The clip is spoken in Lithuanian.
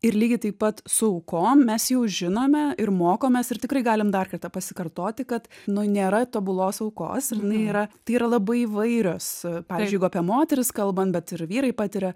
ir lygiai taip pat su aukom mes jau žinome ir mokomės ir tikrai galim dar kartą pasikartoti kad nu nėra tobulos aukos ir jinai yra tai yra labai įvairios pavyzdžiui jeigu apie moteris kalbant bet ir vyrai patiria